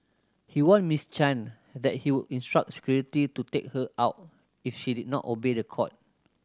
he warned Miss Chan that he would instruct security to take her out if she did not obey the court